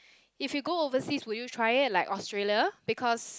if you go overseas would you try it like Australia because